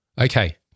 Okay